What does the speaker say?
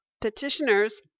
petitioners